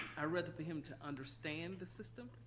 i rather for him to understand the system,